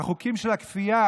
החוקים של הכפייה,